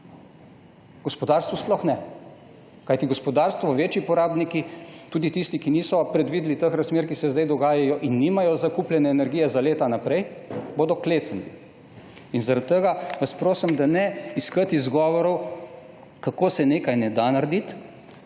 Gospodarstvu sploh ne, kajti gospodarstvo, večji porabniki, tudi tisti, ki niso predvideli teh razmer, ki se zdaj dogajajo in nimajo zakupljene energije za leta naprej, bodo klecnili. Zaradi tega vas prosim, da ne iščite izgovorov, kako se nekaj ne da narediti,